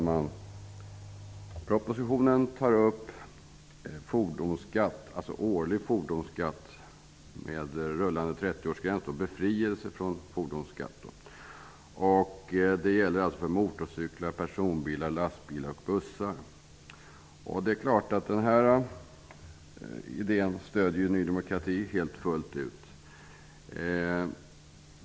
Herr talman! I propositionen föreslås befrielse från årlig fordonsskatt för motorcyklar, personbilar, lastbilar och bussar med rullande trettioårsgräns. Den idén stöder Ny demokrati till fullo.